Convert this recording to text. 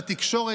בתקשורת,